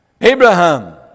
Abraham